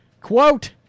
Quote